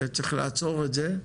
שצריך לעצור את זה,